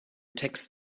text